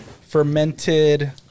Fermented